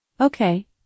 okay